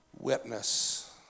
witness